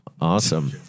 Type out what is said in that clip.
Awesome